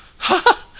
huh,